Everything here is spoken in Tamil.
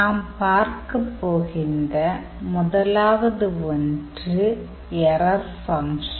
நாம் பார்க்கப்போகின்ற முதலாவது ஒன்று எறர் ஃபங்க்ஷன்